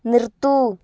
നിർത്തൂ